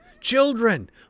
Children